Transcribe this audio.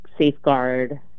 safeguard